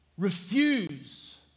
refuse